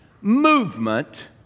movement